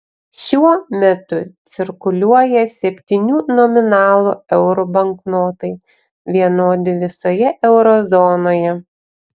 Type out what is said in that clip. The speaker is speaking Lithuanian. šiuo metu cirkuliuoja septynių nominalų eurų banknotai vienodi visoje euro zonoje